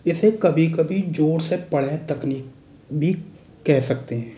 इसे कभी कभी ज़ोर से पढ़ें तकनीक भी कह सकते हैं